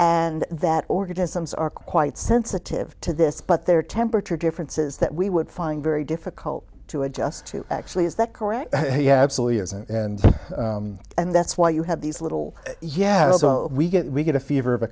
and that organisms are quite sensitive to this but their temperature differences that we would find very difficult to adjust to actually is that correct yeah absolutely is and and that's why you have these little yeah so we get we get a fever of a